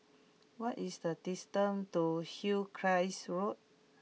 what is the distance to Hillcrest Road